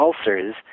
ulcers